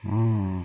mm